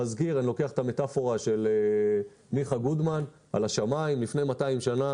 אני לוקח את המטפורה של מיכה גודמן על השמים: לפני 200 שנה